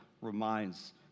reminds